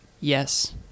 Yes